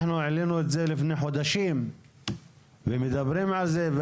אנחנו העלנו את זה לפני חודשים ומדברים על זה.